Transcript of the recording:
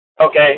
Okay